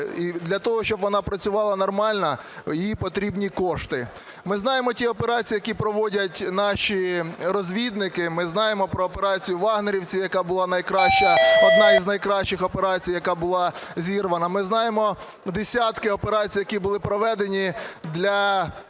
і для того, щоб вона працювала нормально, їй потрібні кошти. Ми знаємо ті операції, які проводять наші розвідники. Ми знаємо про операцію "вагнерівців", яка була найкраща, одна із найкращих операцій, яка була зірвана. Ми знаємо десятки операцій, які були проведені з